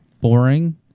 boring